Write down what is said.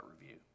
review